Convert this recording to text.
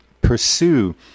pursue